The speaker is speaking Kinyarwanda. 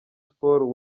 sports